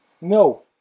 no